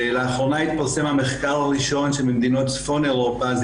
לאחרונה התפרסם המחקר הראשון שבמדינות צפון אירופה זה